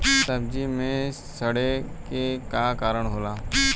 सब्जी में सड़े के का कारण होला?